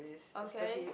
okay